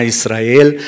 Israel